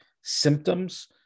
symptoms